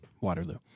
Waterloo